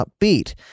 upbeat